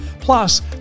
plus